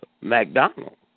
McDonald